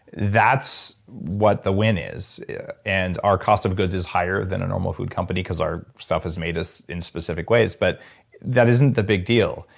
that's what the win is and our cost of goods is higher than a normal food company because our stuff is made in specific ways, but that isn't the big deal.